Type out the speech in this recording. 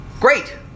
Great